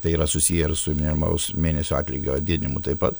tai yra susiję ir su minimalaus mėnesio atlygio didinimu taip pat